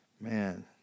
man